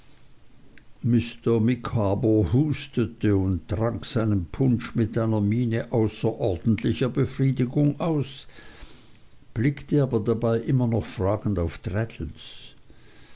micawber hustete und trank seinen punsch mit einer miene außerordentlicher befriedigung aus blickte aber dabei immer noch fragend auf